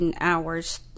hours